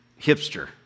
hipster